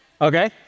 okay